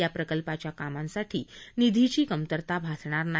या प्रकल्पाच्या कामांसाठी निधीची कमतरता भासणार नाही